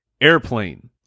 Airplane